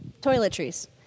toiletries